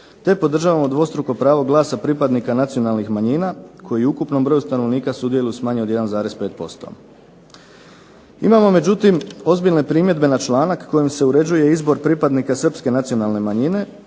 te podržavamo dvostruko pravo glasa pripadnika nacionalnih manjina koji u ukupnom broju stanovnika sudjeluju s manje od 1,5%. Imamo međutim ozbiljne primjedbe na članak kojim se uređuje izbor pripadnika Srpske nacionalne manjine